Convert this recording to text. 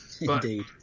Indeed